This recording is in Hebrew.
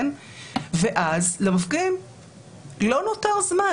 ואז למפגין לא נותר זמן,